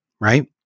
right